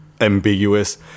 ambiguous